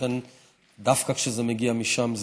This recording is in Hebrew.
לכן דווקא כשזה מגיע משם,